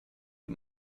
ihm